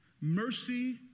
Mercy